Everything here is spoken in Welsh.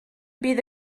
bydd